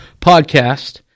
podcast